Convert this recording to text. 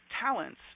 talents